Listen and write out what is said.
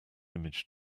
image